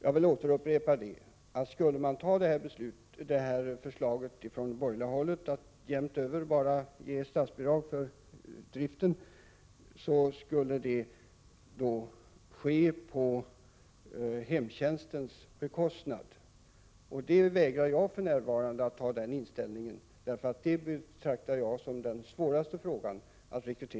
Jag vill upprepa att om vi skulle anta förslaget från borgerligt håll om att så att säga jämnt över ge statsbidrag för driften skulle det ske på hemtjänstens bekostnad. Jag vägrar för närvarande att gå med på något sådant, eftersom jag betraktar rekryteringen av folk till hemtjänsten som den svåraste frågan att lösa.